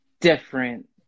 different